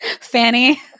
Fanny